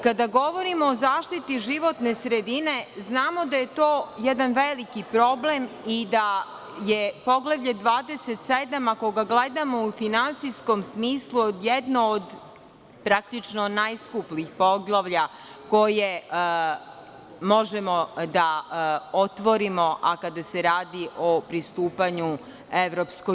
Kada govorimo o zaštiti životne sredine znamo da je to jedan veliki problem i da je poglavlje 27. ako ga gledamo u finansiskom smislu, jedno od praktično najskupljih poglavlja koje možemo da otvorimo, kada se radi o pristupanju EU.